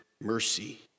mercy